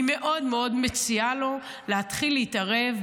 אני מאוד מאוד מציעה לו להתחיל להתערב,